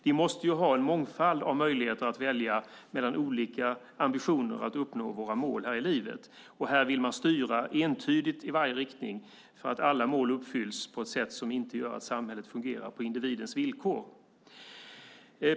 Vi måste ha en mångfald av möjligheter när det gäller att välja och när det gäller olika ambitioner att uppnå målen här i livet. Här vill man styra entydigt i varje riktning för att alla mål ska bli uppfyllda men då på ett sådant sätt att samhället inte fungerar på individens villkor.